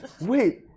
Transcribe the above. wait